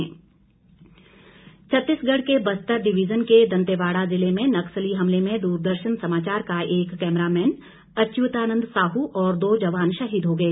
नक्सल हमला छत्तीसगढ़ के बस्तर डिविजन के दंतेवाडा़ जिले में नक्सली हमले में दूरदर्शन समाचार का एक कैमरामैन अच्युतानंद साहू और दो जवान शहीद हो गए